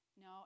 No